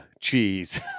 cheese